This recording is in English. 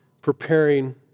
Preparing